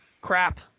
Crap